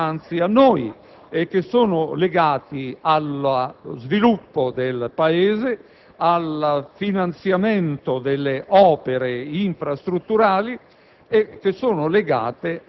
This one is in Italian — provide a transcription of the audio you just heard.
ai problemi che sono dinanzi a noi e che sono legati allo sviluppo del Paese, al finanziamento delle opere infrastrutturali